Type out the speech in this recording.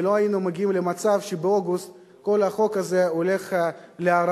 ולא היינו מגיעים למצב שבאוגוסט כל החוק הזה הולך להארכה,